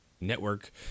network